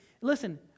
listen